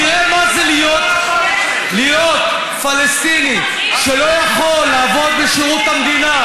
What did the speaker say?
תראה מה זה להיות פלסטיני שלא יכול לעבוד בשירות המדינה,